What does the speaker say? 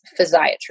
physiatry